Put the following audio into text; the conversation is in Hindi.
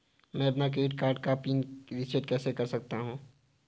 मैं अपने क्रेडिट कार्ड का पिन रिसेट कैसे कर सकता हूँ?